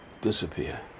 disappear